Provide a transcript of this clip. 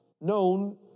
known